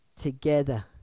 Together